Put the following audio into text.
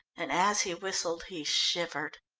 and as he whistled he shivered.